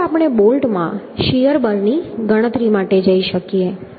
પછી આપણે બોલ્ટમાં શીયર બળની ગણતરી માટે જઈ શકીએ